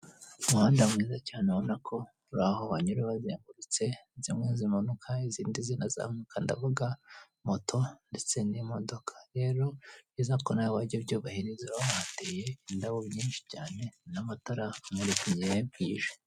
Ni umuhanda mwiza cyane urabona ko uri aho banyura bazengurutse zimwe zimanuka izindi zinamuka, ndavuga moto ndetse imodoka, rero ni byiza ko nawe wajya ubyubahiriza n'amatara amurikira iyi bwije.